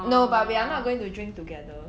no but we are not going to drink together